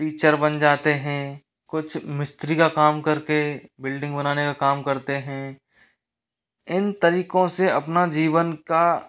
teacher बन जाते हैं कुछ मिस्त्री का काम करके बिल्डिंग बनाने का काम करते हैं इन तरीकों से अपना जीवन का